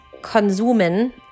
konsumen